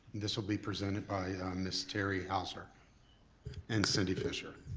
this'll be presented by ms. terry hauser and cindy fischer.